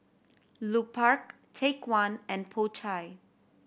Lupark Take One and Po Chai